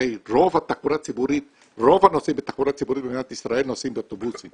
הרי רוב הנוסעים בתחבורה הציבורית במדינת ישראל נוסעים באוטובוסים